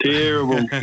Terrible